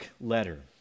letter